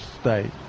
state